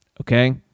okay